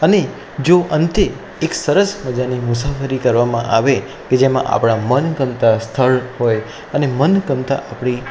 અને જો અંતે એક સરસ મજાની મુસાફરી કરવામાં આવે કે જેમાં આપણા મનગમતા સ્થળ હોય અને મનગમતા આપણી